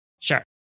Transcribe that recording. Sure